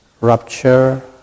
rupture